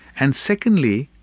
and secondly,